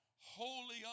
holy